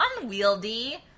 unwieldy